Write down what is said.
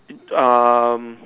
it um